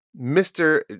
Mr